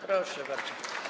Proszę bardzo.